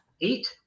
Eight